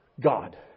God